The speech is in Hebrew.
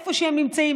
איפה שהם נמצאים,